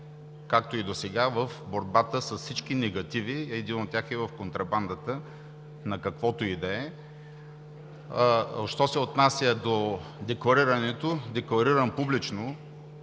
както и досега, в борбата с всички негативи, а един от тях е в контрабандата, на каквото и да е. Що се отнася до декларирането, декларирам публично,